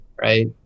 right